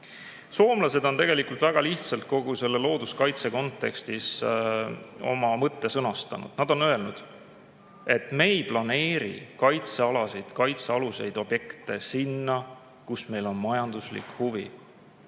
Soomlased on väga lihtsalt kogu looduskaitse kontekstis oma mõtte sõnastanud. Nad on öelnud, et nad ei planeeri kaitsealasid, kaitsealuseid objekte sinna, kus on majanduslik huvi